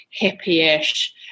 hippie-ish